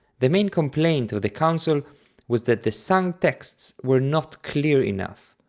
the main complaint of the council was that the sung texts were not clear enough.